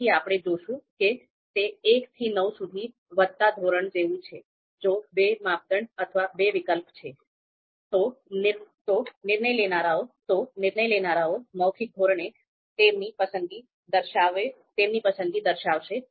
તેથી આપણે જોશું કે તે ૧ થી ૯ સુધી વધતા ધોરણ જેવું છે જો બે માપદંડ અથવા બે વિકલ્પ છે તો નિર્ણય લેનારાઓ મૌખિક ધોરણે તેમની પસંદગી દર્શાવશે